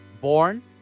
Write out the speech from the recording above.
born